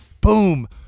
Boom